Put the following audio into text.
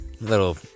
Little